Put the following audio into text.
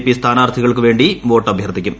P സ്ഥാനാർത്ഥികൾക്ക് വേണ്ടി vote അഭ്യർത്ഥിക്കും